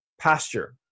pasture